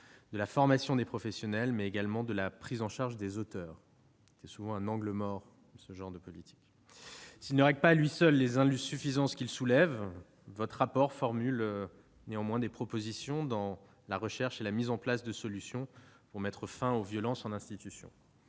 de la formation des professionnels, mais également celle de la prise en charge des auteurs- qui constitue souvent un angle mort de ces politiques. S'il ne règle pas à lui seul les insuffisances qu'il soulève, ce rapport d'information formule des propositions dans la recherche et la mise en place de solutions pour mettre fin aux violences en institutions.